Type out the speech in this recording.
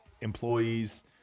employees